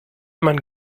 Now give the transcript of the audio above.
man